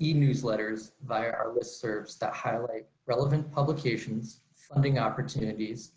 e-newsletters via our listservs that highlight relevant publications, funding opportunities,